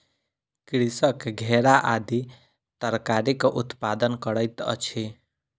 कृषक घेरा आदि तरकारीक उत्पादन करैत अछि